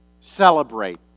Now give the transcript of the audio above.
celebrate